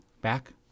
back